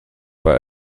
bei